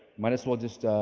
might as well just